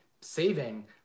Saving